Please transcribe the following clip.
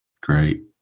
Great